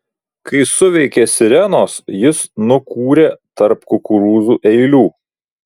kai suveikė sirenos jis nukūrė tarp kukurūzų eilių